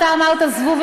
אתה אמרת זבוב,